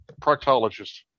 proctologist